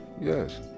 Yes